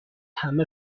همه